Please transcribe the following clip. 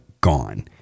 gone